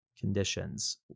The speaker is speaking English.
conditions